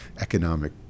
economic